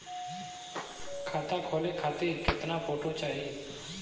खाता खोले खातिर केतना फोटो चाहीं?